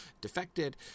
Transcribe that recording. defected